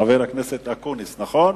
חבר הכנסת אקוניס, נכון?